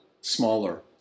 smaller